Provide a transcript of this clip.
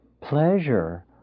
pleasure